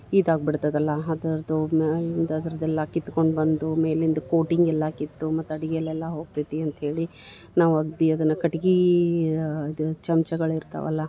ಇದಾಗಿ ಬಿಡ್ತದಲ್ಲ ಅದ್ರದ್ದು ಮ್ಯಾಲಿಂದ ಅದ್ರದ್ದು ಎಲ್ಲ ಕಿತ್ಕೊಂಡು ಬಂದು ಮೇಲಿಂದ ಕೋಟಿಂಗ್ ಎಲ್ಲ ಕಿತ್ತು ಮತ್ತು ಅಡ್ಗೆಲಿ ಎಲ್ಲ ಹೋಗ್ತೈತಿ ಅಂಥೇಳಿ ನಾವು ಅಗದಿ ಅದನ್ನು ಕಟ್ಗೆ ಅದು ಚಮ್ಚಗಳು ಇರ್ತಾವಲ್ಲ